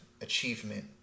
achievement